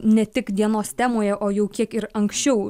ne tik dienos temoje o jau kiek ir anksčiau